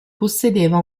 possedeva